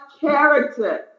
character